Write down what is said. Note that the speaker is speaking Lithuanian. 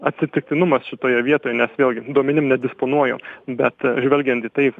atsitiktinumas šitoje vietoje nes vėlgi duomenim nedisponuoju bet žvelgiant į tai